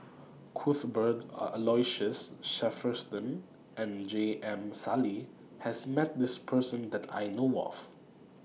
Cuthbert Aloysius Shepherdson and J M Sali has Met This Person that I know of